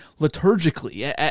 liturgically